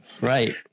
Right